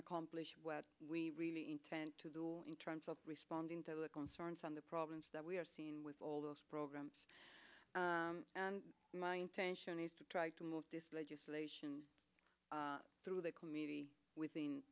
accomplish what we really intend to do in terms of responding to the concerns on the problems that we have seen with all those programs and my intention is to try to move this legislation through the comm